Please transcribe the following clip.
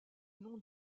nom